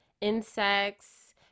insects